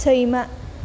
सैमा